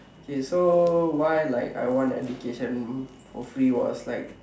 okay so why like I want education for free was like